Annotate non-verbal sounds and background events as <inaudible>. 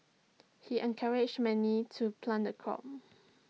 he encouraged many to plant the crop <noise>